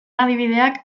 adibideak